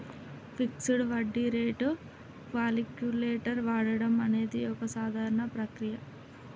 fixed వడ్డీ rate calculator వాడడం అనేది ఒక సాధారణ ప్రక్రియ